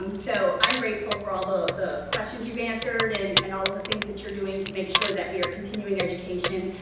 um so, i'm grateful for all the the questions you've answered and and all of the things that you're doing to make sure that we are continuing education.